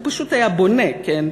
הוא פשוט היה בונה, כן?